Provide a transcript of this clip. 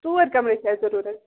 ژور کَمرٕ ٲسۍ اَسہِ ضروٗرَت